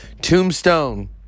Tombstone